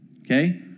okay